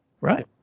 right